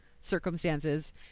circumstances